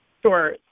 Sure